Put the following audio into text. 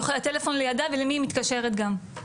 הטלפון לידה ולמי היא מתקשרת גם,